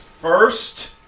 first